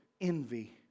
envy